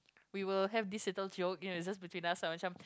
we will have this little joke you know it's just between us ah macam